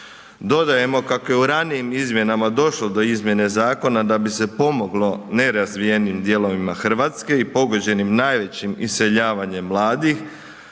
Dodajemo kako je u ranijim izmjenama došlo do izmjene zakona da bi se pomoglo nerazvijenim dijelovima Hrvatske i pogođenim najvećim iseljavanjem mladih,